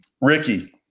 Ricky